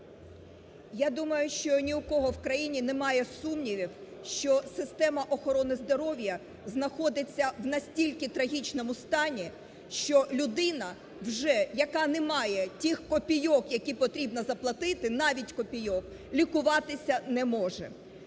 Я думаю, що ні у кого в країні немає сумнівів, що система охорони здоров'я знаходиться в настільки в трагічному стані, що людина вже, яка не має тих копійок, які потрібно заплатити, навіть копійок, лікуватись не може.